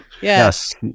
yes